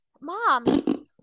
mom